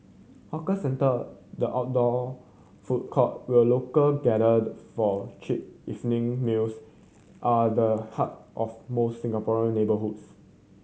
hawker centre the outdoor food court where local gathered for cheap evening meals are the heart of most Singaporean neighbourhoods